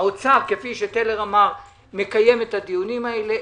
האוצר, כפי שטלר אמר, מקיים את הדיונים האלה.